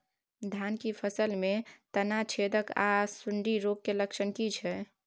धान की फसल में तना छेदक आर सुंडी रोग के लक्षण की छै?